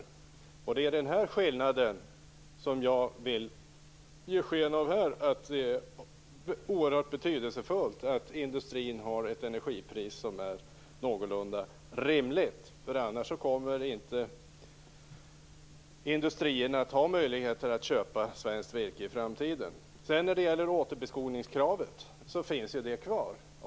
Det är på grund av den här skillnaden som jag här vill ge sken av att det är oerhört betydelsefullt att industrin har ett energipris som är någorlunda rimligt. Annars kommer inte industrierna att ha möjlighet att köpa svenskt virke i framtiden. Återbeskogningskravet finns kvar.